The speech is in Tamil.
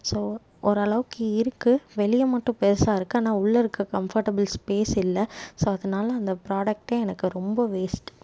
ஸோ ஓரளவுக்கு இருக்கு வெளியே மட்டும் பெரிசாக இருக்கு ஆனால் உள்ள இருக்க கம்ஃபர்டபிள் ஸ்பேஸ் இல்லை ஸோ அதனால் அந்த ப்ரோடக்ட்டே எனக்கு ரொம்ப வேஸ்ட்